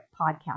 podcast